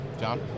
John